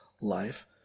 life